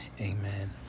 Amen